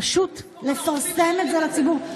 פשוט לפרסם את זה לציבור.